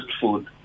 food